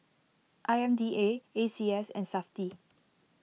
I M D A A C S and SAFTI